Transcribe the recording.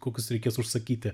kokius reikės užsakyti